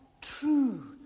true